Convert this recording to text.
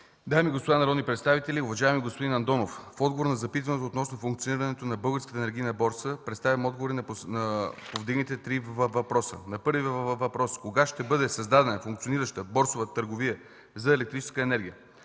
дами и господа народни представители, уважаеми господин Андонов! В отговор на запитването относно функционирането на Българската енергийна борса представям отговори на повдигнатите три въпроса. На първия Ви въпрос: кога ще бъде създадена функционираща борсова търговия за електрическа енергия,